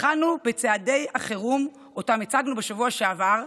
התחלנו בצעדי החירום, שאותם הצגנו בשבוע שעבר,